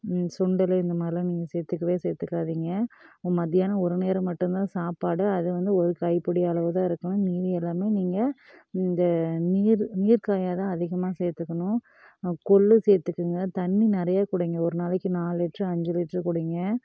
சுண்டல் இந்த மாதிரிலாம் நீங்கள் சேர்த்துக்கவே சேர்த்துக்காதிங்க மத்தியானம் ஒரு நேரம் மட்டும்தான் சாப்பாடு அதுவும் வந்து ஒரு கைப்பிடி அளவு தான் இருக்கணும் மீதி எல்லாமே நீங்கள் இந்த நீர் நீர் காயாக தான் அதிகமாக சேர்த்துக்கணும் கொள்ளு சேர்த்துக்குங்க தண்ணி நிறையா குடிங்க ஒரு நாளைக்கு நாலு லிட்ரு அஞ்சு லிட்ரு குடிங்க